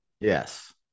Yes